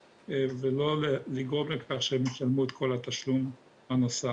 ולא לגרום לכך שהם ישלמו את כל התשלום הנוסף.